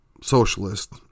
socialist